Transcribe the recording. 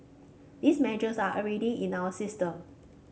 these measures are already in our system